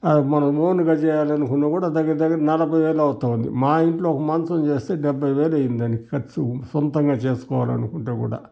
మనము ఓనుగా చేయాలనుకున్నకుడు దగ్గరదగ్గర నలభైవేలు అవుతోంది మా ఇంట్లో ఒక మంచం చేస్తే డెబ్బై వేలు అయ్యింది దానికి ఖర్చు సొంతంగా చేసుకోవాలనుకుంటే కూడా